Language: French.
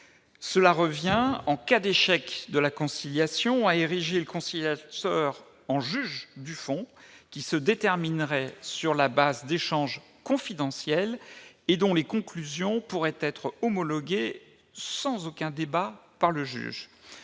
Cela revient, en cas d'échec de la conciliation, à ériger le conciliateur en juge du fond, qui se déterminerait sur la base d'échanges confidentiels et dont les conclusions pourraient être homologuées sans aucun débat par le juge.